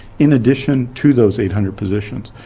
in addition to those eight hundred positions,